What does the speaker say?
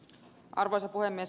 arvoisa puhemies